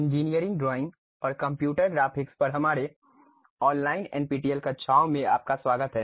engineering drawing और computer graphics पर हमारे ऑनलाइन एनपीटीईएल कक्षाओं में आपका स्वागत है